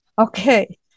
Okay